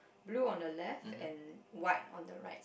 blue on the left and white on the right